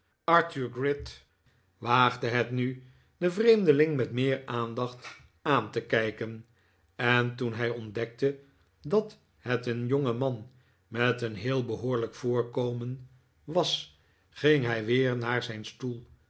arthur gride waagde het nu den vreemde met meer aandacht aan te kijken en toen hij ontdekte dat het een jongeman met een heel behoorlijk voorkomen was ging hij weer naar zijn stoel